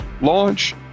launch